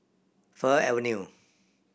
Fir Avenue